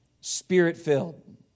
spirit-filled